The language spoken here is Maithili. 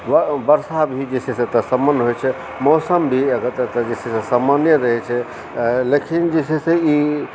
वर्षा भी जे छै से एतए सामान्य होइत छै मौसम भी एतय सामान्य रहैत छै लेकिन जे छै से ई